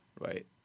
right